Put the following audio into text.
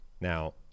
Now